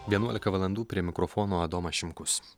vienuolika valalndų prie mikrofono adomas šimkus